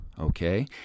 okay